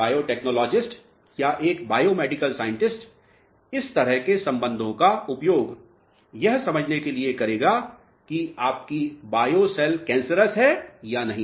एक बायोटेक्नोलॉजिस्ट या एक बायोमेडिकल साइंटिस्ट इस तरह के सम्बन्धों का उपयोग यह समझने के लिए करेगा कि आपकी बायो सेल कैन्सरस हैं या नहीं